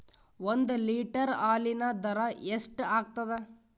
ಒಂದ್ ಲೀಟರ್ ಹಾಲಿನ ದರ ಎಷ್ಟ್ ಆಗತದ?